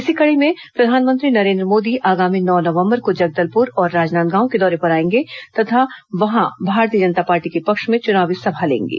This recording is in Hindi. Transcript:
इसी कड़ी में प्रधानमंत्री नरेन्द्र मोदी आगामी नौ नवंबर को जगदलपुर और राजनांदगांव के दौरे पर आएंगे तथा वहां भारतीय जनता पार्टी के पक्ष में चुनावी सभा लेंगे